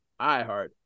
iHeart